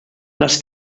las